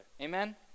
Amen